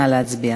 נא להצביע.